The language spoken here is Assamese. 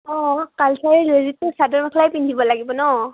অঁ কালচাৰেল ৰেলিতটো চাদৰ মেখেলাই পিন্ধিব লাগিব ন